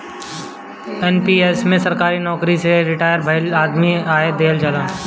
NPS में सरकारी नोकरी से रिटायर भईल आदमी के आय देहल जाला